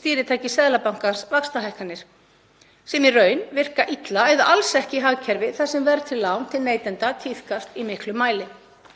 stýritæki Seðlabankans, vaxtahækkanir sem í raun virka illa eða alls ekki í hagkerfi þar sem verðtryggð lán til neytenda tíðkast í miklum mæli.